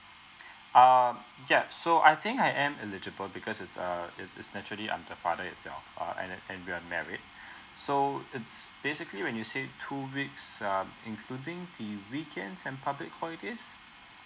um yeah so I think I am eligible because it's uh it's it's actually I'm the father itself uh and and and we are married so it's basically when you say two weeks um including the weekends and public holidays